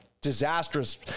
disastrous